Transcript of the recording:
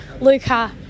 Luca